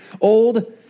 Old